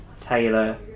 Taylor